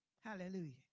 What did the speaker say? Hallelujah